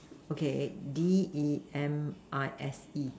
okay D_E_M_I_S_E